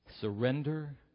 Surrender